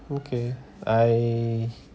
okay I